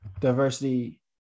diversity